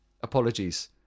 Apologies